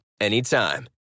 anytime